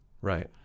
Right